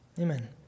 Amen